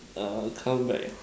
uh come back ah